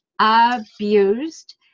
abused